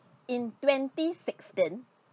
in twenty sixteen